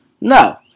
No